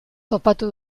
topatu